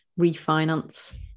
refinance